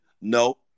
No